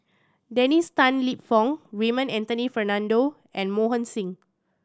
Dennis Tan Lip Fong Raymond Anthony Fernando and Mohan Singh